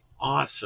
awesome